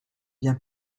bien